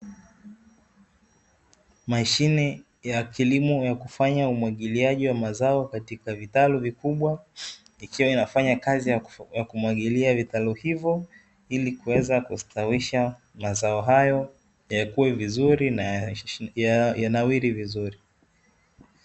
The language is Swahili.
Mashine ya kilimo ya kufanya umwagiliaji wa mazao katika vitalu vikubwa ikiwa inafanya kazi ya kumwagilia vitalu hivyo, ili kuweza kustawisha mazao hayo yakue vizuri na yanawiri vizuri.